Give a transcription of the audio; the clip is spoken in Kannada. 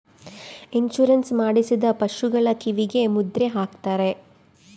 ಇನ್ಸೂರೆನ್ಸ್ ಮಾಡಿಸಿದ ಪಶುಗಳ ಕಿವಿಗೆ ಮುದ್ರೆ ಹಾಕ್ತಾರೆ